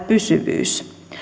pysyvyys